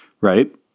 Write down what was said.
right